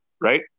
right